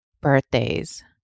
birthdays